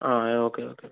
yeah okay okay